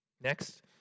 Next